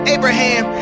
Abraham